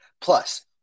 Plus